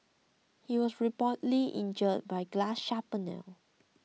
he was reportedly injured by glass shrapnel